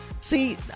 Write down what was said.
see